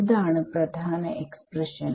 ഇതാണ് പ്രധാന എക്സ്പ്രഷൻ